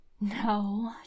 No